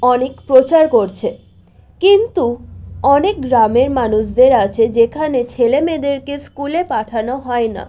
অনেক প্রচার করছে কিন্তু অনেক গ্রামের মানুষদের আছে যেখানে ছেলে মেয়েদেরকে স্কুলে পাঠানো হয় না